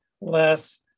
less